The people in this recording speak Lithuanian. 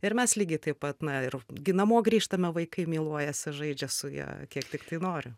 ir mes lygiai taip pat na ir gi namo grįžtame vaikai meluojasi žaidžia su ja kiek tiktai nori